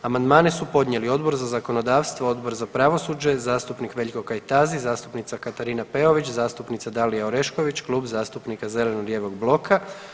Amandmane su podnijeli Odbor za zakonodavstvo, Odbor za pravosuđe, zastupnik Veljko Kajtazi, zastupnica Katarina Peović, zastupnica Dalija Orešković i Klub zastupnika zeleno-lijevog bloka.